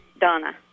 Donna